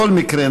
בכל מקרה,